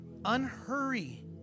Unhurry